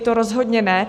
To rozhodně ne.